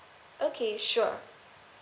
okay sure